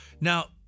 Now